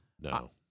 No